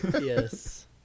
Yes